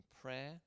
prayer